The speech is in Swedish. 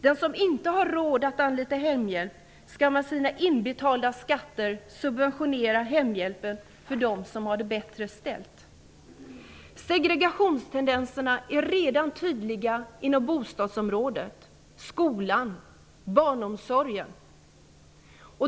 Den som inte har råd att anlita hemhjälp skall med sina inbetalda skatter subventionera hemhjälpen för dem som har det bättre ställt. Segregationstendenserna är redan tydliga inom bostadsområdet, skolan och barnomsorgen.